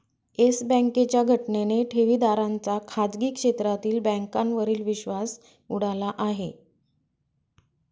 yes बँकेच्या घटनेने ठेवीदारांचा खाजगी क्षेत्रातील बँकांवरील विश्वास उडाला आहे